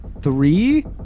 three